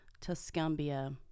Tuscumbia